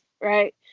right